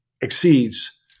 exceeds